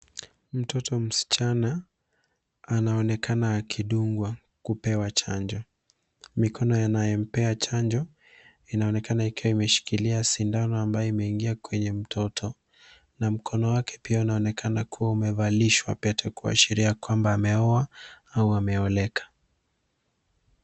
Mtoto msichana anaonekana akidungwa kupewa chanjo. Mikono ya anayempea chanjo inaonekana ikiwa imeshikilia sindano ambayo imeingia kwenye mtoto na mkono wake pia unaonekana umevalishwa pete kuashiria kuwa ameoa au ameoleka.